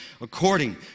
according